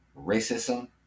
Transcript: racism